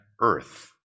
earth